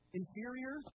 inferior